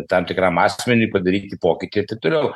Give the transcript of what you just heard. tam tikram asmeniui padaryti pokytį ir taip toliau